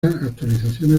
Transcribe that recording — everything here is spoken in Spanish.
actualizaciones